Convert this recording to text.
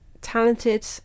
talented